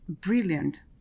Brilliant